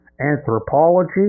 anthropology